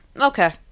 Okay